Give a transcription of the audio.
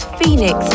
Phoenix